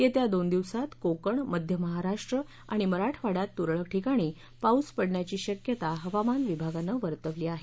येत्या दोन दिवसात कोकण मध्य महाराष्ट्र आणि मराठवाडयात तुरळक ठिकाणी पाऊस पडण्याची शक्यता हवामान विभागानं वर्तवली आहे